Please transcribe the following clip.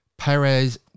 Perez